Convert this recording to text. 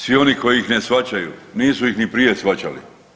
Svi oni koji ih ne shvaćaju nisu ih ni prije shvaćali.